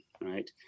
right